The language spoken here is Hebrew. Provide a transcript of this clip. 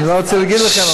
אני לא רוצה להגיד לכם,